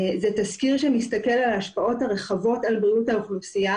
זה תסקיר שמסתכל על ההשפעות הרחבות על בריאות האוכלוסייה,